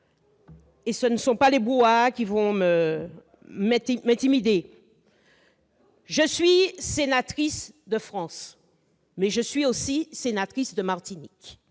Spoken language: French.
Et ce ne sont pas les brouhahas qui vont m'intimider ! Je suis sénatrice de France, mais je suis aussi sénatrice de Martinique.